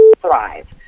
thrive